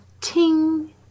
ting